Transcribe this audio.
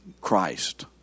Christ